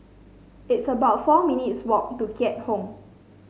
it's about four minutes' walk to Keat Hong